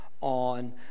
on